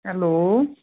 hello